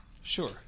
Sure